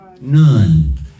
None